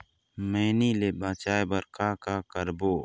मैनी ले बचाए बर का का करबो?